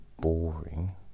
boring